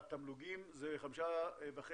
התמלוגים זה 5.5